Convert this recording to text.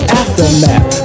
aftermath